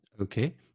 Okay